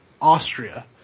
Austria